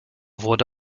wurde